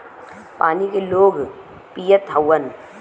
पानी के लोग पियत हउवन